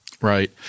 Right